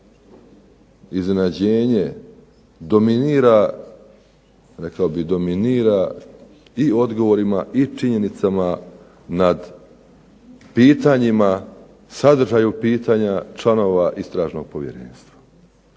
rekao bih dominira i odgovorima i činjenicama nad pitanjima, sadržaju pitanja članova Istražnog povjerenstva.